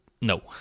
no